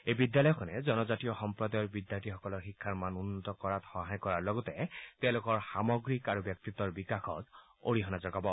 এই বিদ্যালয়খনে জনজাতিয় সম্প্ৰদায়ৰ বিদ্যাৰ্থীসকলৰ শিক্ষাৰ মান উন্নত কৰাত সহায় কৰাৰ লগতে তেওঁলোকৰ সামগ্ৰিক আৰু ব্যক্তিত্বৰ বিকাশত অৰিহণা যোগাব